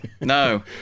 No